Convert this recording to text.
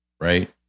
right